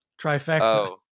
trifecta